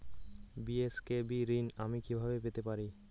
BSKB ঋণ আমি কিভাবে পেতে পারি?